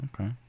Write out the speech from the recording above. Okay